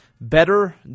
Better